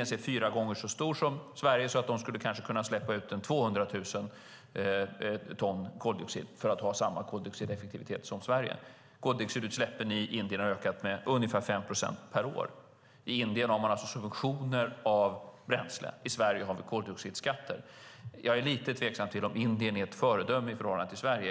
är fyra gånger så stor som Sveriges, så de skulle kanske kunna släppa ut 200 000 ton koldioxid för att ha samma koldioxideffektivitet som Sverige. Koldioxidutsläppen i Indien har ökat med ungefär 5 procent per år. I Indien har man alltså subventioner när det gäller bränsle. I Sverige har vi koldioxidskatter. Jag är lite tveksam till om Indien är ett föredöme i förhållande till Sverige.